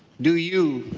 do you